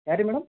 ಯಾರು ರೀ ಮೇಡಮ್